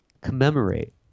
commemorate